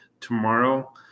Tomorrow